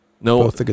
No